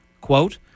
Quote